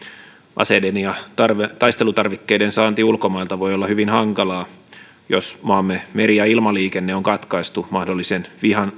aseiden ja taistelutarvikkeiden saanti ulkomailta voi olla hyvin hankalaa jos maamme meri ja ilmaliikenne on katkaistu mahdollisen